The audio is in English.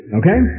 okay